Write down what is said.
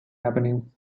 happening